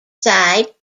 side